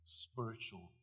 spiritual